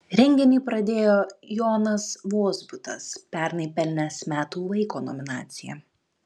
renginį pradėjo jonas vozbutas pernai pelnęs metų vaiko nominaciją